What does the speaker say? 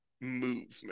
movement